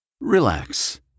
Relax